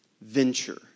venture